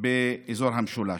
באזור המשולש.